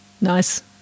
Nice